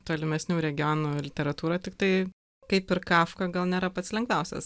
tolimesnių regionų literatūra tiktai kaip ir kafka gal nėra pats lengviausias